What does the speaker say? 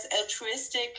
altruistic